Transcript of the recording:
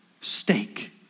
steak